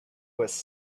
was